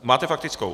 Máte faktickou.